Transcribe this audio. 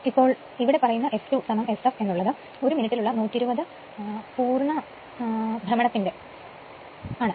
അപ്പോൾ ഇവിടെ പറയുന്ന f2Sf എന്ന് ഉള്ളത് ഒരു മിനുറ്റിൽ ഉള്ള 120 മുഴുവൻ ഭ്രമണത്തിന്റെ ആണ്